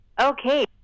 okay